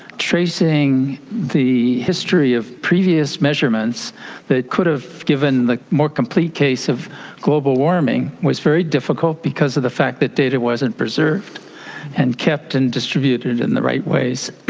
tracing the history of previous measurements that could have given the more complete case of global warming was very difficult because of the fact that data wasn't preserved and kept and distributed in the right ways.